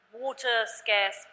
water-scarce